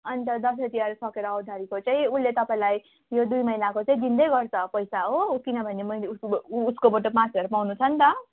अन्त दसैँ तिहार सकेर आउँदाखेरिको चाहिँ उसले तपाईँलाई यो दुई महिनाको दिँदै गर्छ पैसा हो किनभने मैले उसले उसकोबाट पाँच हजार पाउनु छ नि त